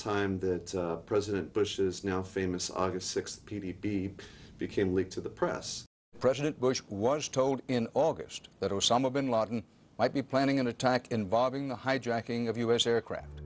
time that president bush is now famous august sixth p t b became leaked to the press president bush was told in august that osama bin laden might be planning an attack involving the hijacking of u s aircraft